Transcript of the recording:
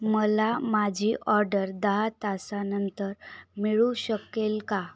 मला माझी ऑर्डर दहा तासानंतर मिळू शकेल का